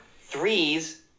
three's